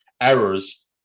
errors